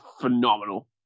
phenomenal